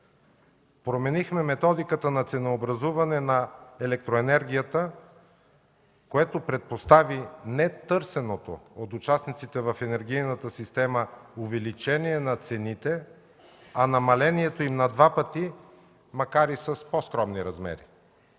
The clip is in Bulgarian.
Променихме методиката на ценообразуване на електроенергията, което предпостави не търсеното от участниците в енергийната система увеличение на цените, а намалението им на два пъти, макар и с по-скромни размери.